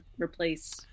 replace